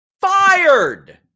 fired